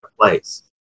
place